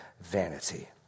vanity